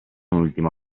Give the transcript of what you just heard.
ultimo